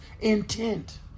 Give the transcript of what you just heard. intent